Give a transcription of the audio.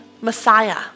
Messiah